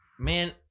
Man